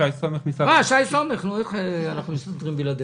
שי סומך, איך אנחנו מסתדרים בלעדיך?